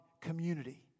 community